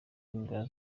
imbwa